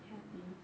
happy